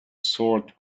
sword